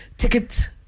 Ticket